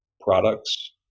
products